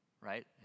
Right